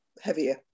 heavier